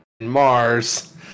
Mars